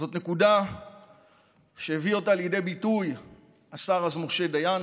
זאת נקודה שהביא אותה לידי ביטוי השר אז משה דיין,